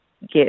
get